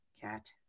cat